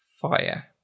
Fire